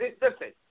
listen